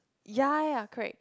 ya ya correct